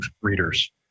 readers